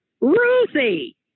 Ruthie